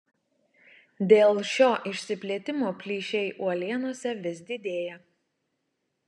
dėl šio išsiplėtimo plyšiai uolienose vis didėja